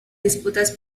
disputas